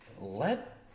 Let